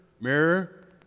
mirror